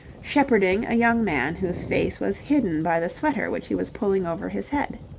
shepherding a young man whose face was hidden by the sweater which he was pulling over his head.